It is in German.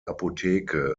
apotheke